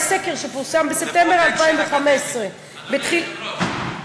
יש סקר שפורסם בספטמבר 2015. אדוני היושב-ראש,